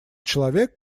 человек